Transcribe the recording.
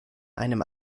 einem